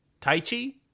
Taichi